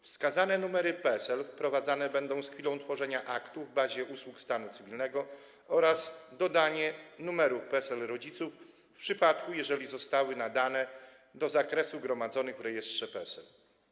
Wskazane numery PESEL wprowadzane będą z chwilą tworzenia aktu w bazie usług stanu cywilnego oraz dodania numeru PESEL rodziców, w przypadku gdy zostały nadane, do zakresu danych gromadzonych w rejestrze PESEL.